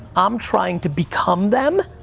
i'm trying to become them,